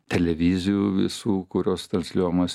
televizijų visų kurios transliuojamos